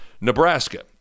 Nebraska